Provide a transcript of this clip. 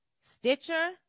Stitcher